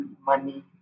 money